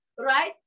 Right